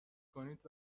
کنید